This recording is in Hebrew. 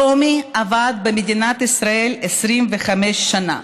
שלומי עבד במדינת ישראל 25 שנה.